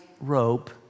rope